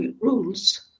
rules